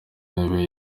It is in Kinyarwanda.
ntebe